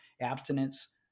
abstinence